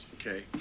okay